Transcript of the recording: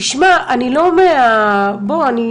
אני לא מכירה,